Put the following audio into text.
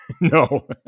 no